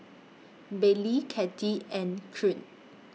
Baylie Kattie and Knute